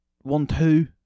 one-two